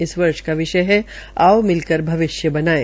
इस वर्ष का विषय है आओ मिलकर भविष्य बनाये